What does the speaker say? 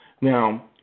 Now